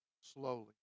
slowly